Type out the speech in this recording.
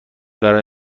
برای